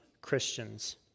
Christians